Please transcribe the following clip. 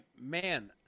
man